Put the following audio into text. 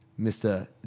Mr